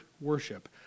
worship